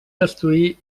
destruir